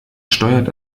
steuert